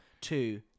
Two